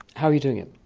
how are you doing it?